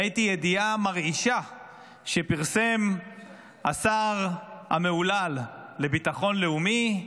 ראיתי ידיעה מרעישה שפרסם השר המהולל לביטחון לאומי,